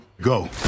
Go